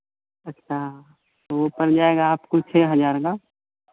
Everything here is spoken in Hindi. अच्छा वो पड़ जाएगा आपको छः हजार का